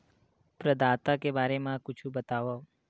प्रदाता के बारे मा कुछु बतावव?